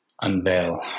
unveil